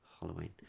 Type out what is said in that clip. Halloween